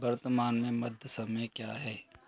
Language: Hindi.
वर्तमान में मध्य समय क्या है